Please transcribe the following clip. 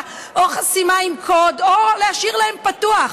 או חסימה עם קוד או להשאיר להם פתוח,